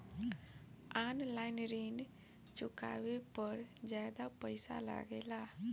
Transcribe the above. आन line ऋण चुकावे पर ज्यादा पईसा लगेला?